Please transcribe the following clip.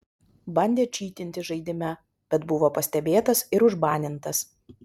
bandė čytinti žaidime bet buvo pastebėtas ir užbanintas